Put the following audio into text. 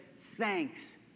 thanks